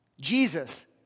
Jesus